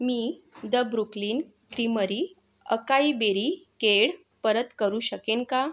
me the Brooklyn creamery acai berry केळ परत करू शकेन का